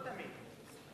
לא תמיד.